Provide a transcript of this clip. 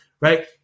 right